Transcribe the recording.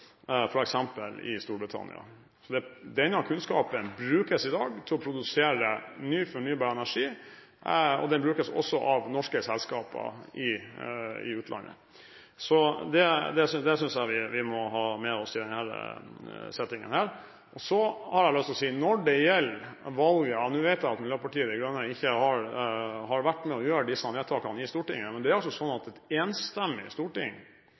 i Storbritannia. Denne kunnskapen brukes i dag til å produsere ny, fornybar energi, og den brukes også av norske selskaper i utlandet. Så det synes jeg vi må ha med oss i denne settingen. Jeg vet at Miljøpartiet De Grønne ikke har vært med på å gjøre disse vedtakene i Stortinget, men det er et enstemmig storting som har sluttet seg til prinsippene om de grønne sertifikatene – om å lage et støttesystem som er teknologinøytralt og markedsbasert. Det